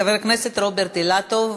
חבר הכנסת רוברט אילטוב,